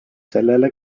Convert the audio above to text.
sellele